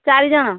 ଚାରି ଜଣ